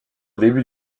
début